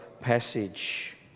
passage